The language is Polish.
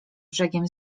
brzegiem